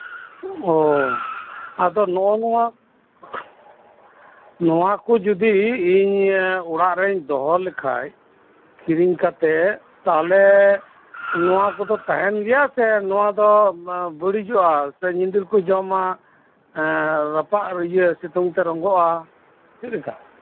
ᱚ ᱟᱫᱚ ᱱᱚᱜᱼᱚ ᱱᱚᱣᱟ ᱱᱚᱣᱟ ᱠᱚ ᱡᱩᱫᱤ ᱤᱧ ᱚᱲᱟᱜ ᱨᱤᱧ ᱫᱚᱦᱚ ᱞᱮᱠᱷᱟᱡ ᱠᱚᱨᱚᱧ ᱠᱟᱛᱮ ᱛᱟᱞᱦᱮ ᱱᱚᱣᱟ ᱠᱚᱫᱚ ᱛᱟᱦᱮᱸᱱ ᱜᱮᱭᱟ ᱥᱮ ᱱᱚᱣᱟ ᱫᱚ ᱵᱟᱹᱲᱤᱡᱚᱜᱼᱟ ᱥᱮ ᱧᱤᱫᱤᱨ ᱠᱚ ᱡᱚᱢᱟ ᱮᱸ ᱨᱟᱯᱟᱜ ᱤᱭᱟᱹ ᱥᱤᱛᱩᱝ ᱛᱮ ᱨᱚᱸᱜᱚᱜᱼᱟ ᱪᱮᱫᱞᱮᱠᱟ